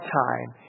time